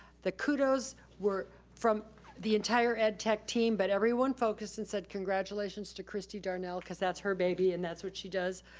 the kudos were from the entire ed tech team, but everyone focused and said congratulations to christy darnell cause that's her baby and that's what she does.